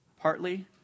partly